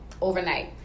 overnight